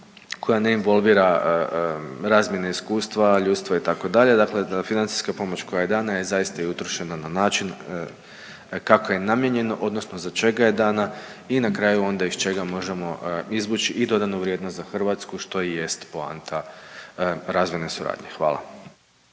koja ne involvira razmjene iskustva, ljudstva itd., dakle da financijska pomoć koja je dana je zaista i utrošena na način kako je namijenjeno odnosno za čega je dana i na kraju onda iz čega možemo izvući i dodanu vrijednost za Hrvatsku što i jest poanta razvojne suradnje. Hvala.